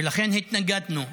ולכן התנגדנו.